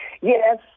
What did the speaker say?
Yes